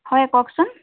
হয় কওকচোন